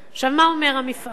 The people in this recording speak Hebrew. מה אומר המפעל?